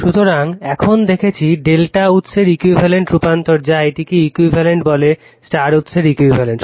সুতরাং এখনই দেখেছি Δ উৎসের ইকুইভ্যালেন্ট রূপান্তর যা এটিকে ইকুইভ্যালেন্ট বলে স্টার উৎসের ইকুইভ্যালেন্ট